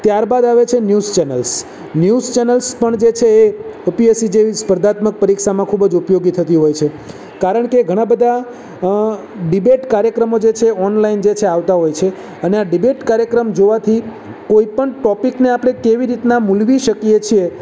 ત્યારબાદ આવે છે ન્યૂઝ ચેનલ્સ ન્યૂઝ ચેનલ્સ પણ જે છે એ યુપીએસસી જેવી સ્પર્ધાત્મક પરીક્ષામાં ખૂબ જ ઉપયોગી થતી હોય છે કારણ કે ઘણાં બધા ડિબેટ કાર્યક્રમો જે છે એ ઓનલાઇન જે છે આવતા હોય છે અને આ ડિબેટ કાર્યક્રમ જોવાથી કોઈપણ ટોપિકને આપણે કેવી રીતના મૂલવી શકીએ છીએ